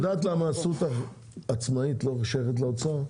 את יודעת למה עשו אותך עצמאית ולא שייכת לאוצר?